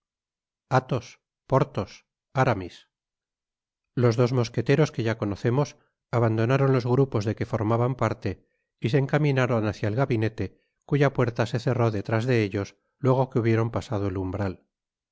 irritado athos porthos aramis los dos mosqueteros que ya conocemos abandonaron tos grupos de que formaban parte y se encaminaron hácia el gabinete cuya puerta se cerró detrás de ellos luego que hubieron pasado el umbrat su